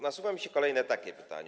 Nasuwa mi się kolejne pytanie.